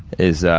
is